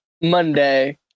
Monday